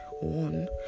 one